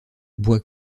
bois